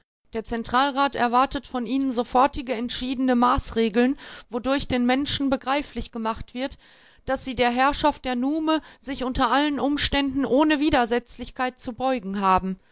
der zentralrat erwartet von ihnen sofortige entschiedene maßregeln wodurch den menschen begreiflich gemacht wird daß sie der herrschaft der nume sich unter allen umständen ohne widersetzlichkeit zu beugen haben